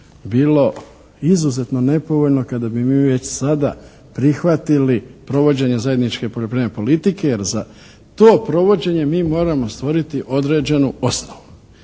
bilo izuzetno nepovoljno kada bi mi već sada prihvatili provođenje zajedničke poljoprivredne politike jer za to provođenje mi moramo stvoriti određenu osnovu.